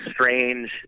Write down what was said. strange